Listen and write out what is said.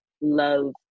love